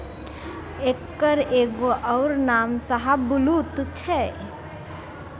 एकर एगो अउर नाम शाहबलुत छै